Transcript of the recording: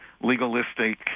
legalistic